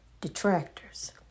detractors